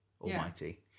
Almighty